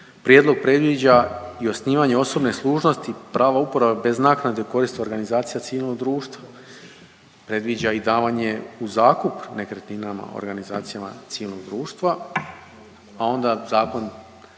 Prijedlog predviđa i osnivanje osobne služnosti prava uporabe bez naknade u korist organizacija civilnog društva, predviđa i davanje u zakup nekretninama organizacijama civilnog društva,